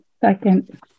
Second